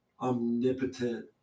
omnipotent